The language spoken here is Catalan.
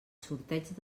sorteig